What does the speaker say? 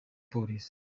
polisi